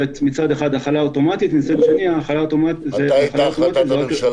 מתי היתה החלטת הממשלה?